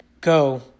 Go